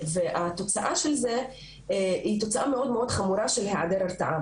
והתוצאה של זה היא תוצאה מאוד חמורה של היעדר הרתעה.